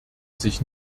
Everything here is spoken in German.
sich